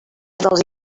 dels